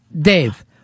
Dave